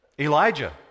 Elijah